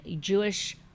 Jewish